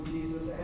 Jesus